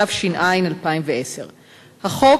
התש"ע 2010. החוק